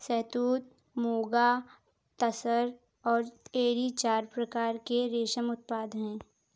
शहतूत, मुगा, तसर और एरी चार प्रकार के रेशम उत्पादन हैं